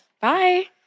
Bye